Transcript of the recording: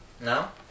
No